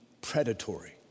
predatory